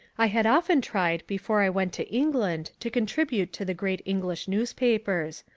i had often tried before i went to england to contribute to the great english newspapers.